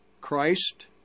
Christ